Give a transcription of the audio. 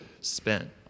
spent